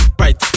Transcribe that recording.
right